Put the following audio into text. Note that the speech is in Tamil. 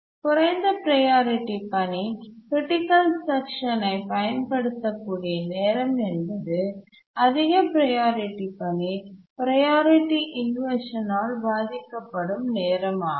குறைந்த ப்ரையாரிட்டி பணி க்ரிட்டிக்கல் செக்ஷன் யைப் பயன்படுத்த கூடிய நேரம் என்பது அதிக ப்ரையாரிட்டி பணி ப்ரையாரிட்டி இன்வர்ஷன் ஆல் பாதிக்கப்படும் நேரமாகும்